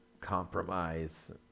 compromise